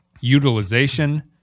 utilization